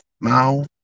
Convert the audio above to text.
Mao